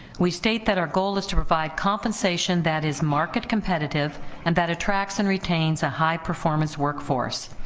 we state that our goal is to provide compensation that is market competitive and that attracts and retains a high performance workforce.